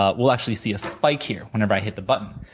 ah we'll actually see a spike here, whenever i hit the button,